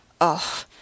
Oh